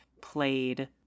played